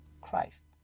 Christ